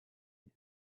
and